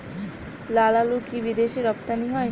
লালআলু কি বিদেশে রপ্তানি হয়?